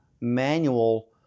manual